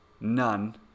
none